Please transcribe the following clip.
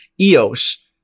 EOS